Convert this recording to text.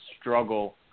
struggle